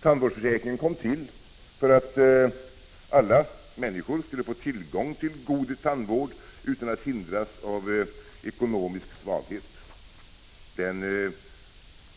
Tandvårdsförsäkringen kom till för att alla människor skulle få tillgång till god tandvård utan att hindras av ekonomisk svaghet. Den